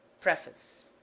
Preface